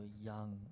young